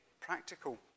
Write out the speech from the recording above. practical